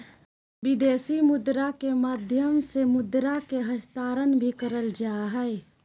विदेशी मुद्रा के माध्यम से मुद्रा के हस्तांतरण भी करल जा हय